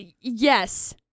Yes